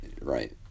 Right